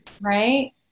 right